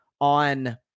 on